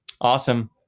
Awesome